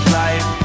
life